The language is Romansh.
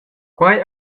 quei